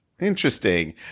Interesting